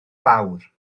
fawr